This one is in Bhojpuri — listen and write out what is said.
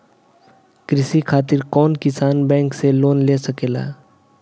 कृषी करे खातिर कउन किसान बैंक से लोन ले सकेला?